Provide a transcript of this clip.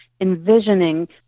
envisioning